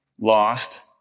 lost